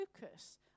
focus